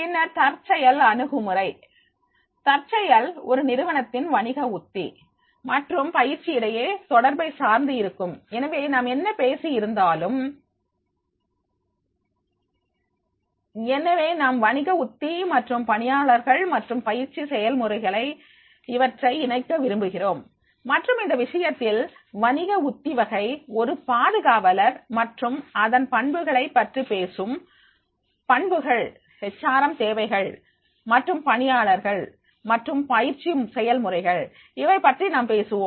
பின்னர் தற்செயல் அணுகுமுறை தற்செயல் ஒரு நிறுவனத்தின் வணிக உத்தி மற்றும் பயிற்சி இடையே தொடர்பை சார்ந்து இருக்கும் எனவே நாம் என்ன பேசியிருந்தாலும் எனவே நாம் வணிக உத்தி மற்றும் பணியாளர்கள் மற்றும் பயிற்சி செயல்முறைகள் இவற்றை இணைக்க விரும்புகிறோம் மற்றும் இந்த விஷயத்தில் வணிக உத்தி வகை ஒரு பாதுகாவலர் மற்றும் அதன் பண்புகள் பற்றி பேசும் பண்புகள் ஹெச் ஆர் எம் தேவைகள் மற்றும் பணியாளர்கள் மற்றும் பயிற்சி செயல்முறைகள் இவை பற்றி நாம் பேசுவோம்